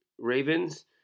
Ravens